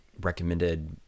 recommended